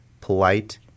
polite